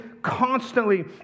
constantly